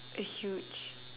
a huge